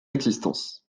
existence